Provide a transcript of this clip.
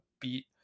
beat